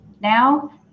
now